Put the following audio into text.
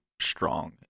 strong